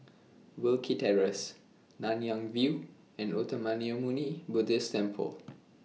Wilkie Terrace Nanyang View and Uttamayanmuni Buddhist Temple